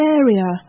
area